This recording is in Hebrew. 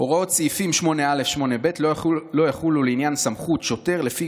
"הוראות סעיפים 8א ו-8ב לא יחולו לעניין סמכות שוטר לפי